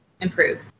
improve